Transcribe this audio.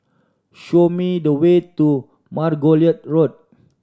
show me the way to Margoliouth Road